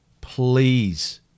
Please